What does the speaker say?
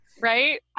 right